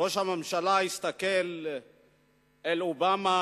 ראש הממשלה הסתכל אל אובמה